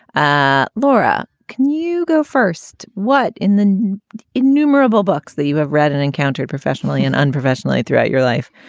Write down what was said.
ah laura, can you go first? what in the innumerable books that you have read and encountered professionally and unprofessionally throughout your life?